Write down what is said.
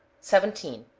seventeen.